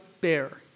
Bear